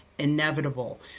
Inevitable